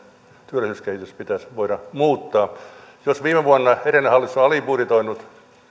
työllisyyskehitys pitäisi voida muuttaa jos viime vuonna edellinen hallitus on alibudjetoinut